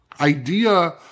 idea